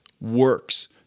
works